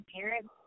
parents